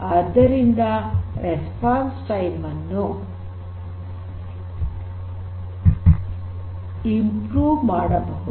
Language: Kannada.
ಆದ್ದರಿಂದ ಪ್ರತಿಕ್ರಿಯೆ ಸಮಯವನ್ನು ಸುಧಾರಿಸಿಕೊಳ್ಳಬಹುದು